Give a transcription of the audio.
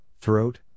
throat